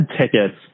tickets